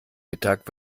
mittag